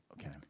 Okay